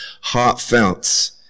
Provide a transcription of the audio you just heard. heartfelt